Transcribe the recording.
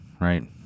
right